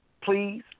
Please